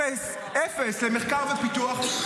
-- אפס למחקר ופיתוח.